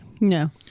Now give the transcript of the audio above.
No